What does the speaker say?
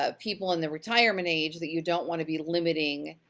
ah people in the retirement age that you don't want to be limiting